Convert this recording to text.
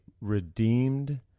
redeemed